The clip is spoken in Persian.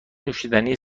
نوشیدنی